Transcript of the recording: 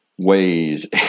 Ways